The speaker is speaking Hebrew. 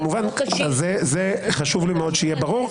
כמובן, זה חשוב לי מאוד שזה יהיה ברור.